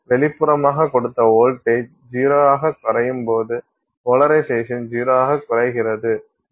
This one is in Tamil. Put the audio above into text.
வெளிப்புறமாகப் கொடுத்த வோல்டேஜ் 0 ஆகக் குறையும் போது போலரைசேஷன் 0 ஆகக் குறைகிறது